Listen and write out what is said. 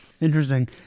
Interesting